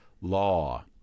law